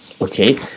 okay